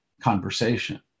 conversation